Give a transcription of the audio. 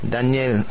Daniel